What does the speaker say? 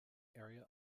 area